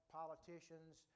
politicians